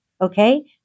Okay